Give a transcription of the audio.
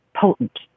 potent